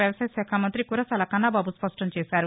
వ్యవసాయశాఖ మంతి కురసాల కన్నబాబు స్పష్టం చేసారు